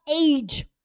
age